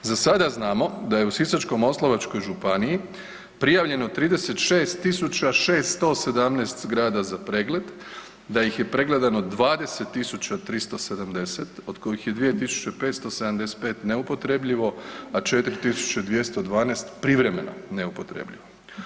Za sada znamo da je u Sisačko-moslavačkoj županiji prijavljeno 36 617 zgrada za pregled, da ih je pregledano 20 370, od kojih je 2 575 neupotrebljivo, a 4 212 privremeno neupotrebljivo.